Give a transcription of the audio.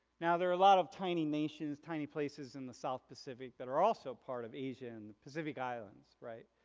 now there are a lot of tiny nations, tiny places in the south pacific that are also part of asia and pacific islands, right,